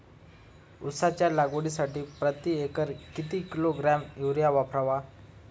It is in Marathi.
उसाच्या लागवडीसाठी प्रति एकर किती किलोग्रॅम युरिया वापरावा?